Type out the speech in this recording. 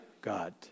God